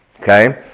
okay